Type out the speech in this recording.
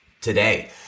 Today